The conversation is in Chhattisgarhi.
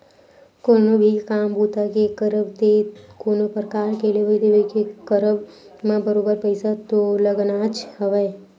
कोनो भी काम बूता के करब ते कोनो परकार के लेवइ देवइ के करब म बरोबर पइसा तो लगनाच हवय